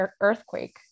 earthquake